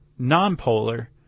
non-polar